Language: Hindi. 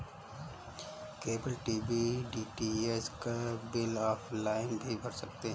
केबल टीवी डी.टी.एच का बिल ऑफलाइन भी भर सकते हैं